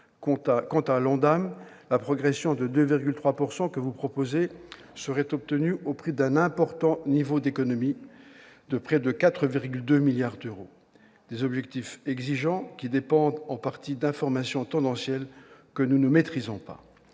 Quant à l'ONDAM, la progression de 2,3 % que vous proposez serait obtenue au prix d'un important niveau d'économies, de près de 4,2 milliards d'euros. Des objectifs exigeants, qui dépendent en partie d'informations tendancielles que nous ne maîtrisons pas.